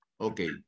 okay